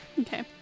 Okay